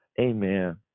Amen